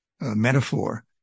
metaphor